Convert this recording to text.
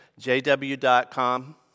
JW.com